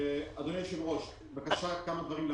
אני